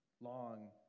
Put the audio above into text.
long